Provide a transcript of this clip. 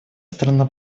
страна